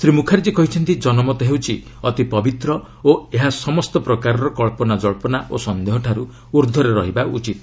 ଶ୍ରୀ ମୁଖାର୍ଚ୍ଚୀ କହିଛନ୍ତି ଜନମତ ହେଉଛି ଅତି ପବିତ୍ର ଓ ଏହା ସମସ୍ତ ପ୍ରକାରର କନ୍ଧନାକଳ୍ପନା ଓ ସନ୍ଦେହଠାରୁ ଊର୍ଦ୍ଧ୍ୱରେ ରହିବା ଉଚିତ୍